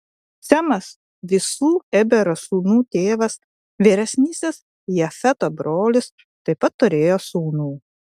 semas visų ebero sūnų tėvas vyresnysis jafeto brolis taip pat turėjo sūnų